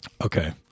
Okay